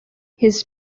his